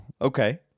Okay